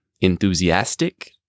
enthusiastic